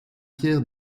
pierre